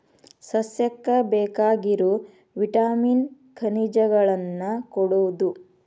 ಸಸ್ಯಕ್ಕ ಬೇಕಾಗಿರು ವಿಟಾಮಿನ್ ಖನಿಜಗಳನ್ನ ಕೊಡುದು